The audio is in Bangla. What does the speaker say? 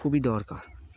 খুবই দরকার